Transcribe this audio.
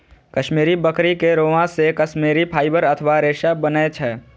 कश्मीरी बकरी के रोआं से कश्मीरी फाइबर अथवा रेशा बनै छै